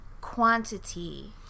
quantity